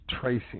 tracing